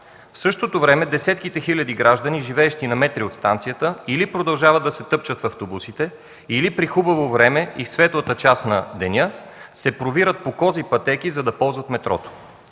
В същото време десетките хиляди граждани, живеещи на метри от станцията, продължават да се тъпчат в автобусите или при хубаво време и в светлата част на деня се провират по кози пътеки, за да ползват метрото.